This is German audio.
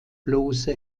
bloße